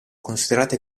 considerate